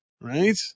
Right